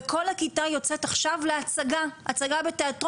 וכל הכיתה יוצאת עכשיו להצגה בתיאטרון